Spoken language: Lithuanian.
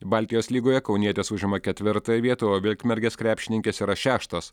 baltijos lygoje kaunietės užima ketvirtąją vietą o vilkmergės krepšininkės yra šeštos